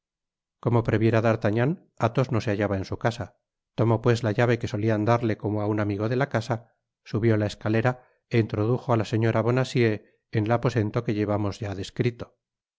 como previera d'artagnan athos no se hallaba en su casa tomó pues la llave que solian darle como á un amigo de la casa subió la escalera é introdujo á la señora bonacieux en el aposento que llevamos ya descrito